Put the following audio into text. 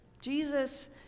Jesus